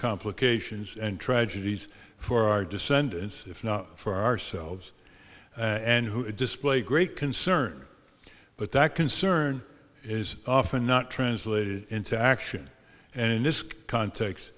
complications and tragedies for our descendants if not for ourselves and who display great concern but that concern is often not translated into action and in this context